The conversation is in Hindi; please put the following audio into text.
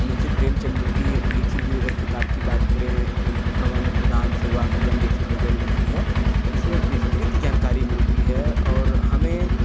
मुंशी प्रेमचंद की लिखी हुई अगर किताब की बात करें अ गबन गोदाम सेवा सदन जैसी नोबेल उनकी है जिसमे विस्तृत जानकारी मिलती है और हमें